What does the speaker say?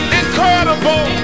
incredible